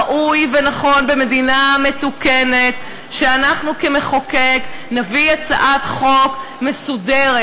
ראוי ונכון במדינה מתוקנת שאנחנו כמחוקקים נביא הצעת חוק מסודרת.